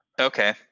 okay